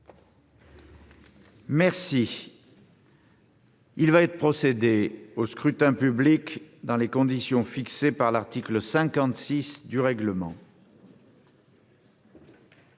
Il va être procédé au scrutin dans les conditions fixées par l'article 56 du règlement.